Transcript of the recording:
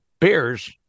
Bears